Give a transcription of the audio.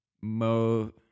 mo